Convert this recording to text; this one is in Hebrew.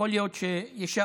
יכול להיות שיישארו.